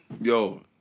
Yo